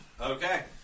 Okay